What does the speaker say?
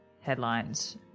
headlines